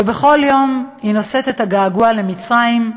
ובכל יום היא נושאת את הגעגוע למצרים,